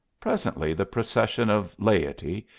presently the procession of laity,